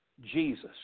Jesus